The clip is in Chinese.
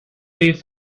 推翻